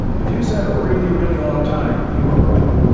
if you said a really, really long time, you are right.